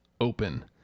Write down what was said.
open